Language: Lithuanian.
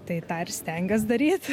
tai tą ir stengiuos daryt